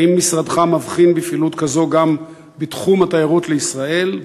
האם משרדך מבחין בפעילות כזו גם בתחום התיירות לישראל,